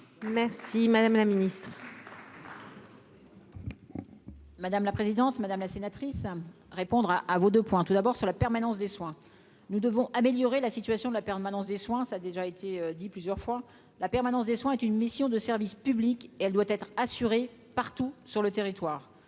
Merci madame la ministre. Madame la présidente, madame la sénatrice répondra à vos 2 points tout d'abord sur la permanence des soins, nous devons améliorer la situation de la permanence des soins ça déjà été dit plusieurs fois, la permanence des soins est une mission de service public et elle doit être assurée partout sur le territoire,